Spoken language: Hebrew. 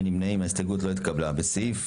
הצבעה ההסתייגות לא נתקבלה ההסתייגות לא התקבלה.